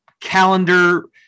calendar